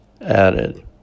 added